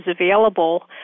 available